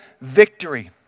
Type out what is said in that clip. victory